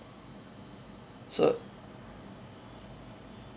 so